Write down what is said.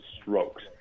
strokes